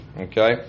Okay